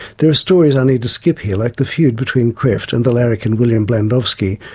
there are stories i need to skip here, like the feud between krefft and the larrikin william blandowski,